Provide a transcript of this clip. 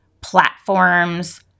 platforms